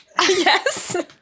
yes